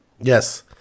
Yes